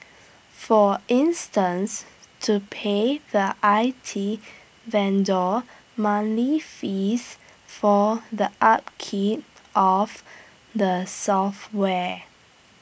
for instance to pay the I T vendor money fees for the upkeep of the software